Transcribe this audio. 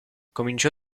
cominciò